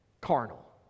carnal